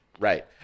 Right